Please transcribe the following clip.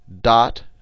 dot